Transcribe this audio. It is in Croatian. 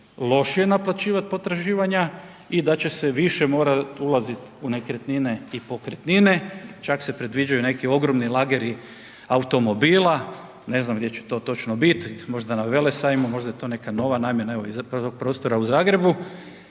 lošije naplaćivat potraživanja i da će se više morat ulazit u nekretnine i pokretnine, čak se predviđaju neki ogromni lageri automobila, ne znam gdje će to točno biti, možda na velesajmu, možda je to neka nova namjena i zapravo tog prostora u Zagrebu.